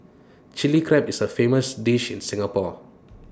Chilli Crab is A famous dish in Singapore